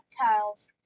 reptiles